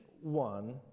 one